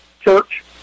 church